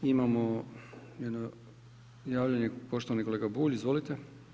Imamo jedno javljanje, poštovani kolega Bulj, izvolite.